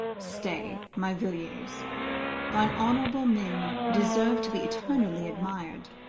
stay, my villiers thine honorable min deserves to be eternally admired.